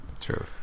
true